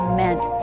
meant